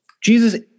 Jesus